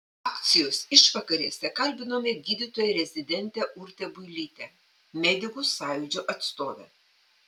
akcijos išvakarėse kalbinome gydytoją rezidentę urtę builytę medikų sąjūdžio atstovę